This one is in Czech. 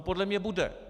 Podle mě bude.